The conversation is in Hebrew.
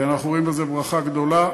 אנחנו רואים בזה ברכה גדולה.